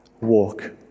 walk